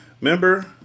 Remember